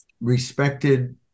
respected